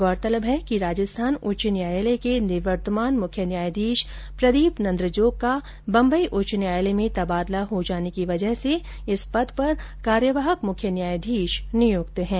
गौरतलब है कि राजस्थान उच्च न्यायालय के निवर्तमान मुख्य न्यायाधीश प्रदीप नन्द्राजोग का बम्बई उच्च न्यायालय में तबादला हो जाने की वजह से इस पद पर कार्यवाहक मुख्य न्यायाधीश नियुक्त थे